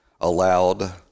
allowed